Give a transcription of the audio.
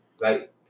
right